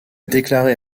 déclaré